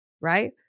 right